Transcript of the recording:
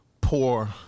poor